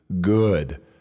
good